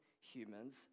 humans